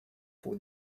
for